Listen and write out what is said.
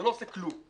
זה לא עושה כלום.